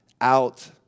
out